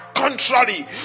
Contrary